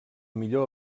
millor